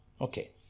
okay